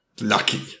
Lucky